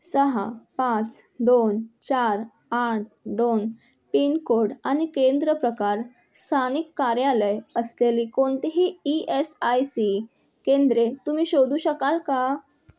सहा पाच दोन चार आठ दोन पिनकोड आणि केंद्र प्रकार स्थानिक कार्यालय असलेली कोणतीही ई एस आय सी केंद्रे तुम्ही शोधू शकाल का